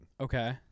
Okay